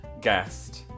guest